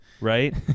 right